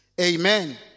Amen